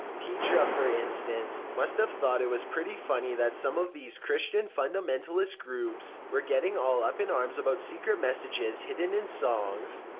petra, for instance, must have thought it was pretty funny that some of these christian fundamentalist groups were getting all up-in-arms about secret messages hidden in songs.